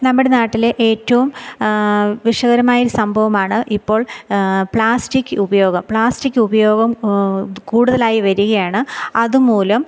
നമ്മുടെ നാട്ടിലെ ഏറ്റവും വിഷകരമായൊരു സംഭവമാണ് ഇപ്പോള് പ്ലാസ്റ്റിക്ക് ഉപയോഗം പ്ലാസ്റ്റിക്കുപയോഗം ഇത് കൂടുതലായി വരികയാണ് അതുമൂലം